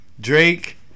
Drake